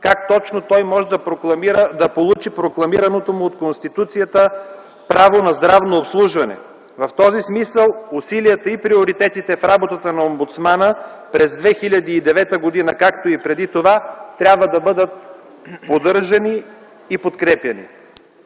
как точно той може да получи прокламираното му от Конституцията право на здравно обслужване. В този смисъл усилията и приоритетите в работата на омбудсмана през 2009 г., както и преди това, трябва да бъдат поддържани и подкрепяни.